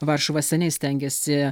varšuva seniai stengiasi